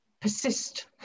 persist